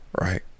right